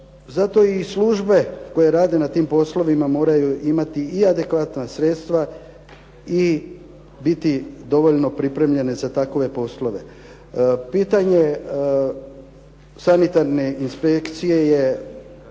Zato i službe koje rade na tim poslovima moraju imati i adekvatna sredstva i biti dovoljno pripremljene za takove poslove. Pitanje sanitarne inspekcije je